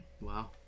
Wow